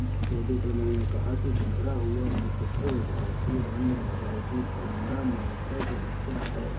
सेबी प्रमुख ने कहा कि बिखरा हुआ प्रतिफल भारतीय बॉन्ड बाजार की फंडामेंटल समस्या है